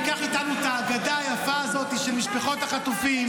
ניקח איתנו את ההגדה היפה הזאת של משפחות החטופים,